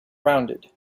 rounded